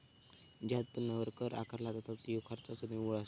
ज्या उत्पन्नावर कर आकारला जाता त्यो खर्चाचा निव्वळ असता